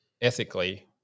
ethically